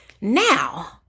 Now